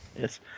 Yes